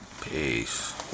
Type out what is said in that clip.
peace